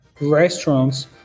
restaurants